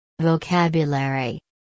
Vocabulary